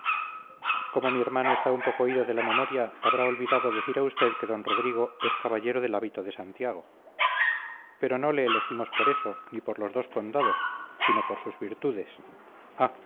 como mi hermano está un poco ido de memoria habrá olvidado decir a usted que d rodrigo es caballero del hábito de santiago pero no le elegimos por eso ni por los dos condados sino por sus virtudes